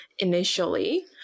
initially